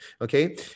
okay